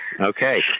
Okay